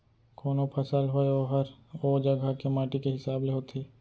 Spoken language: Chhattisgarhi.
कोनों फसल होय ओहर ओ जघा के माटी के हिसाब ले होथे